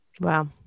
Wow